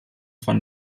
von